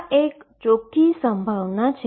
આ એક ચોખ્ખી પ્રોબેબીલીટી છે